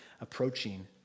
approaching